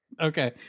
Okay